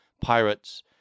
pirates